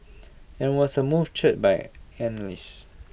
and was A move cheered by analysts